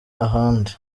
ahandi